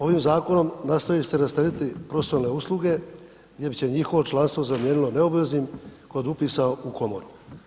Ovim zakonom nastoji se rasteretiti profesionalne usluge gdje bi se njihovo članstvo zamijenilo neobveznim kod upisa u komoru.